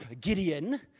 Gideon